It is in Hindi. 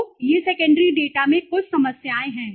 तो ये सेकेंडरी डेटा में कुछ समस्याएं हैं